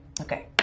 Okay